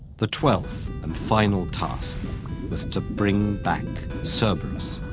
the twelfth and final task was to bring back so cerberus,